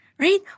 right